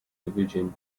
division